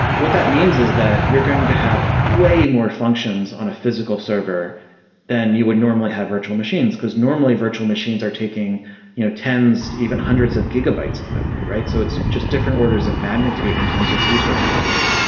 what that means is that you're going to have way more functions on a physical server than you would normally have virtual machines, because normally virtual machines are taking you know tens, even hundreds of gigabytes of memory, right? so it's just different orders of magnitude in terms of resource resource usage.